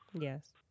Yes